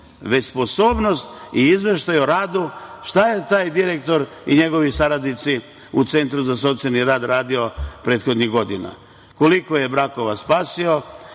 već sposobnost i izveštaj o radu šta je taj direktor i njegovi saradnici u centru za socijalni rad radio prethodnih godina, koliko je brakova spasio,